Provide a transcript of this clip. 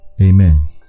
amen